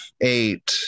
eight